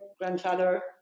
grandfather